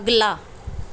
ਅਗਲਾ